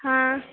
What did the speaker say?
हाँ